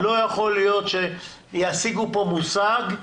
לא יכול להיות שישיגו פה מושג,